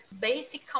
basic